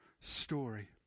story